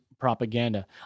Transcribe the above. propaganda